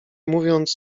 mówiąc